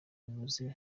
babuze